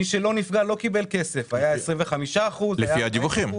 מי שלא נפגע, לא קיבל כסף, לפי הדיווחים.